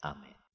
Amen